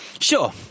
Sure